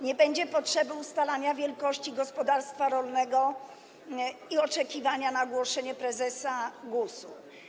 Nie będzie potrzeby ustalania wielkości gospodarstwa rolnego i oczekiwania na ogłoszenie prezesa GUS-u.